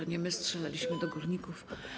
To nie my strzelaliśmy do górników.